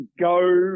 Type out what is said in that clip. go